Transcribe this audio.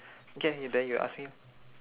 okay y~ then you ask me